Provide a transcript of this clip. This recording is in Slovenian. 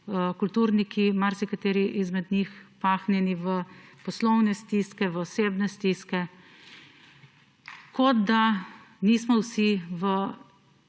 kulturniki, marsikateri izmed njih, pahnjeni v poslovne stiske, v osebne stiske, kot da nismo vsi v